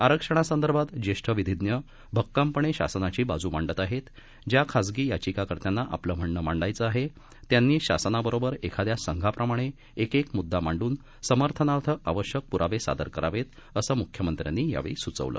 आरक्षणासंदर्भात ज्येष्ठ विधिज्ञ भक्कमपणे शासनाची बाजू मांडत आहेत ज्या खासगी याचिकाकर्त्यांना आपले म्हणणं मांडायचं आहे त्यांनी शासनाबरोबर एखाद्या संघाप्रमाणे एकेक मुद्दा मांडून समर्थनार्थ आवश्यक पुरावे सादर करावेत असं मुख्यमंत्र्यांनी यावेळी सूचवलं